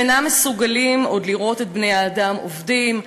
הם אינם מסוגלים עוד לראות את בני-האדם עובדים,